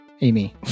Amy